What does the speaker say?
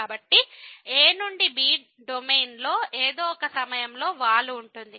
కాబట్టి a నుండి b డొమైన్లో ఏదో ఒక సమయంలో వాలు ఉంటుంది